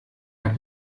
hat